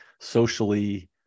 socially